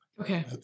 Okay